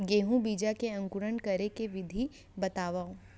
गेहूँ बीजा के अंकुरण करे के विधि बतावव?